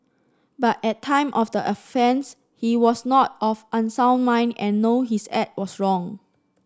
but at time of the offence he was not of unsound mind and know his act was wrong